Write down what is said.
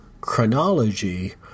chronology